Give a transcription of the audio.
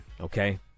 okay